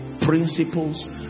principles